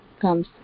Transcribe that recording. comes